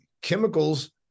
chemicals